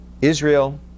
Israel